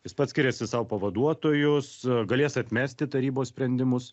jis pats skiriasi sau pavaduotojus galės atmesti tarybos sprendimus